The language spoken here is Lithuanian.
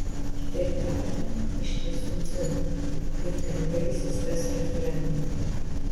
kitaip tariant iš tiesų dzin kaip ten baigsis tas referendumas